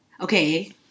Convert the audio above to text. okay